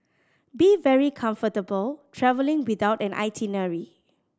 be very comfortable travelling without an itinerary